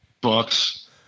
Bucks